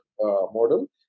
model